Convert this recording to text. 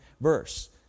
verse